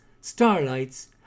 Starlights